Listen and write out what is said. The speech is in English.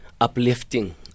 uplifting